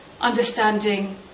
understanding